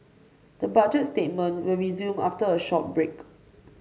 the Budget statement will resume after a short break